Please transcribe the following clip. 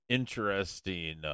interesting